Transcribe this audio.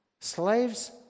Slaves